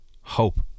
hope